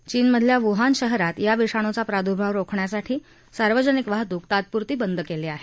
चीनमधल्या वुहान शहरात या विषाणूचा प्रादूर्भाव रोखण्यासाठी सार्वजनिक वाहतूक तात्पुरती बंद केली आहे